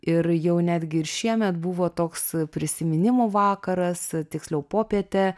ir jau netgi ir šiemet buvo toks prisiminimų vakaras tiksliau popietė